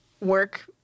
work